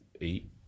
eight